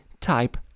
type